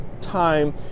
time